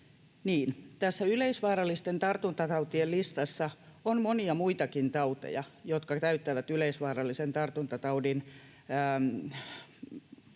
tässä yleisvaarallisten tartuntatautien listassa on monia muitakin tauteja, jotka täyttävät yleisvaarallisen tartuntataudin